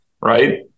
right